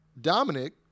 Dominic